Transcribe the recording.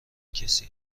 کسی